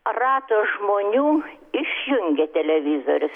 rato žmonių išjungia televizorius